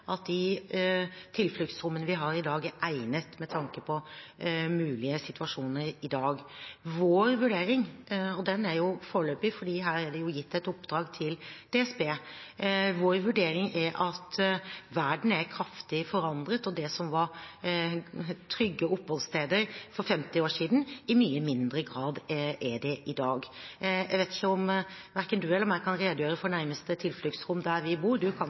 at de tilfluktsrommene vi har i dag, er egnet med tanke på mulige situasjoner i dag. Vår vurdering – og den er foreløpig, for her er det gitt et oppdrag til DSB – er at verden er kraftig forandret, og at det som var trygge oppholdssteder for 50 år siden, i mye mindre grad er det i dag. Jeg tror verken representanten eller jeg kan redegjøre for nærmeste tilfluktsrom der vi bor. Representanten kan